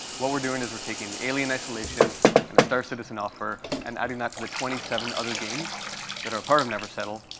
what we're doing is we're taking alien isolation and a star citizen offer and adding that to the twenty seven other games that are part of never settle,